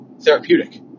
therapeutic